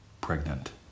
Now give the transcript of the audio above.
pregnant